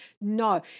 No